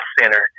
Center